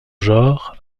genre